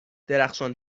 درخشان